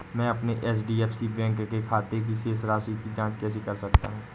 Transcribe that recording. मैं अपने HDFC bank के खाते की शेष राशि की जाँच कैसे कर सकता हूँ?